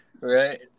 right